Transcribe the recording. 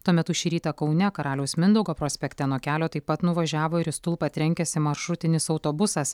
tuo metu šį rytą kaune karaliaus mindaugo prospekte nuo kelio taip pat nuvažiavo ir į stulpą trenkėsi maršrutinis autobusas